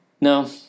No